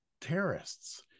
terrorists